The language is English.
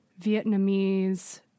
Vietnamese